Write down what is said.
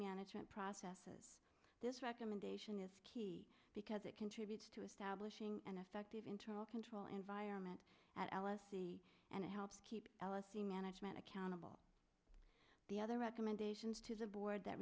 management processes this recommendation is key because it contributes to establishing an effective internal control environment at l s e and it helps keep l s e management accountable the other recommendations to the board that